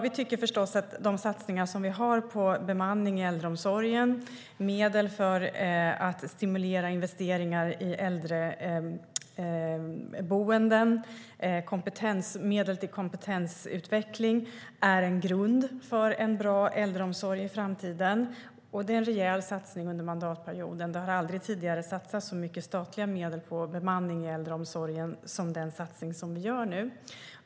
Vi tycker förstås att de satsningar som vi har på bemanning i äldreomsorgen, medel för att stimulera investeringar i äldreboenden och medel till kompetensutveckling är en grund för en bra äldreomsorg i framtiden. Det är en rejäl satsning under mandatperioden. Det har aldrig tidigare satsats så mycket statliga medel på bemanning i äldreomsorgen som vi satsar nu.